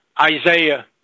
Isaiah